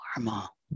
normal